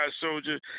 Soldier